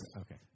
okay